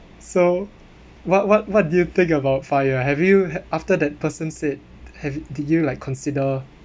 so what what what do you think about FIRE have you had after that person said have did you like consider